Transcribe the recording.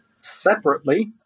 Separately